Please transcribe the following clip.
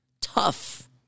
tough